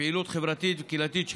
לפעילות חברתית וקהילתית שנקבעה.